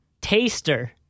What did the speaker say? taster